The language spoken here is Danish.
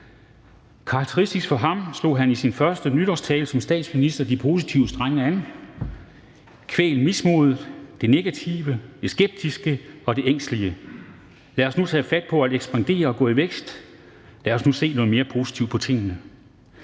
Karakteristisk for ham slog han i sin første nytårstale som statsminister de positive strenge an. Kvæl mismodet, det negative, det skeptiske og det ængstelige. Lad os nu tage fat på at ekspandere og gå i vækst, lad os nu se noget mere positivt på tingene.